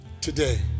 today